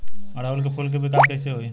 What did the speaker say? ओड़ुउल के फूल के विकास कैसे होई?